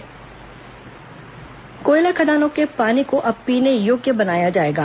कोयला खदान पानी कोयला खदानों के पानी को अब पीने योग्य बनाया जाएगा